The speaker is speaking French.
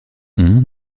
ont